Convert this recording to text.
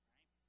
Right